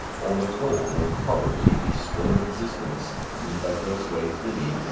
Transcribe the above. almost all will probably be still in existence and in divers ways busy,